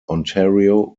ontario